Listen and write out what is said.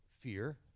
fear